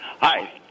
Hi